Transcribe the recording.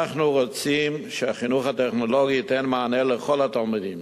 אנחנו רוצים שהחינוך הטכנולוגי ייתן מענה לכל התלמידים,